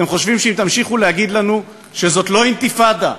אתם חושבים שאם תמשיכו להגיד לנו שזאת לא אינתיפאדה,